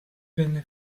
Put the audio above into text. venne